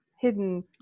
hidden